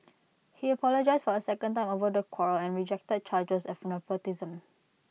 he apologised for A second time over the quarrel and rejected charges of nepotism